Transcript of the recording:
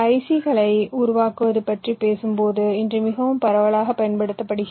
சிக்களை உருவாக்குவது பற்றி பேசும்போது இன்று மிகவும் பரவலாக பயன்படுத்தப்படுகிறது